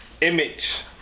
Image